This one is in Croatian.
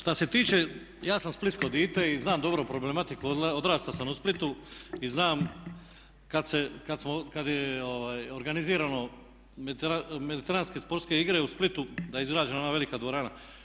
Što se tiče, ja sam splitsko dite i znam dobro problematiku, odrastao sam u Splitu i znam kad je organizirano Mediteranske sportske igre u Splitu da je izgrađena ona velika dvorana.